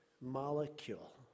molecule